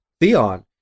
Theon